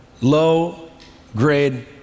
low-grade